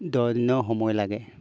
দহদিনৰ সময় লাগে